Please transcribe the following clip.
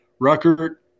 Rucker